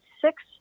six